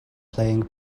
playing